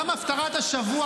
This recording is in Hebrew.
גם הפטרת השבוע,